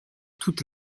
toute